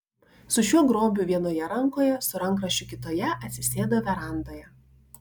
su šiuo grobiu vienoje rankoje su rankraščiu kitoje atsisėdo verandoje